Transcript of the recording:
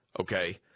okay